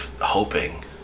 hoping